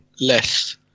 less